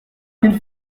qu’une